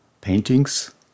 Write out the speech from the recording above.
paintings